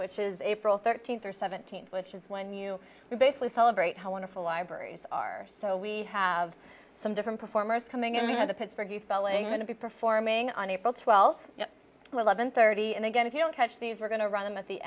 which is april thirteenth or seventeenth which is when you basically celebrate how wonderful libraries are so we have some different performers coming in you have the pittsburgh felling going to be performing on april twelfth eleven thirty and again if you don't catch these we're going to run them at the